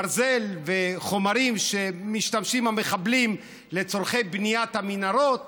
ברזל וחומרים שהמחבלים משתמשים בהם לצורכי בניית המנהרות